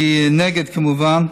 אני נגד, כמובן.